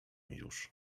już